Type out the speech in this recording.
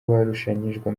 barushanyijwe